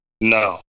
No